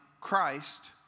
Christ